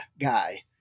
guy